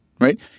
Right